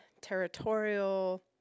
territorial